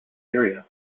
area